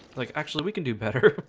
like actually we can do better